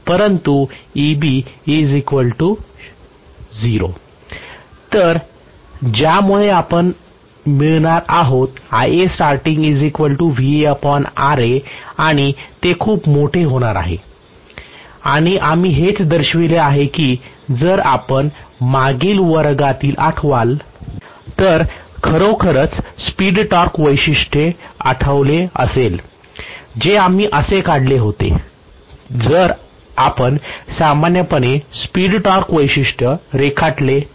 तर ज्यामुळे आपण मिळवणार आहोत आणि ते खूप मोठे होणार आहे आणि आम्ही हेच दर्शविले आहे की जर आपण मागील वर्गामधील आठवाल तर खरोखरच स्पीड टॉर्क वैशिष्ट्य आठवले असेल जे आम्ही असे काढले होते जर आपण सामान्यपणे स्पीड टॉर्क वैशिष्ट्य रेखाटले तर